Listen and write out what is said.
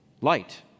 light